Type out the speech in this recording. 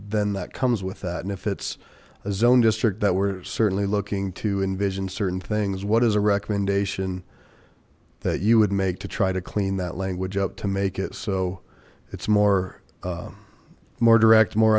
then that comes with that and if it's a zone district that we're certainly looking to envision certain things what is a recommendation that you would make to try to clean that language up to make it so it's more more direct more